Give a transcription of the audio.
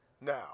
Now